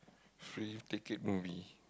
free ticket movie